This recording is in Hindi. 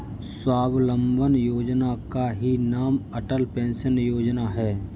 स्वावलंबन योजना का ही नाम अटल पेंशन योजना है